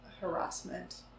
harassment